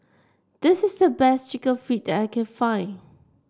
this is the best chicken feet that I can find